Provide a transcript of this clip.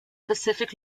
pacific